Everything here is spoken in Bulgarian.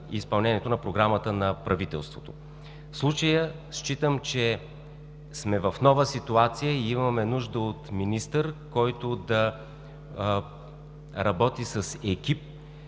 на Програмата на правителството. В случая считам, че сме в нова ситуация и имаме нужда от министър, който да работи с екип,